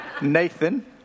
Nathan